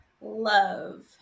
Love